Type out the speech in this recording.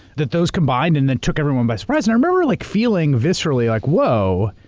that those combined and then took everyone by surprise. and i remember like feeling viscerally like, whoa.